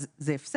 אז זה הפסד.